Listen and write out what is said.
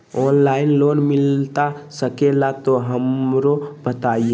Online loan मिलता सके ला तो हमरो बताई?